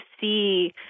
see